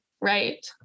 Right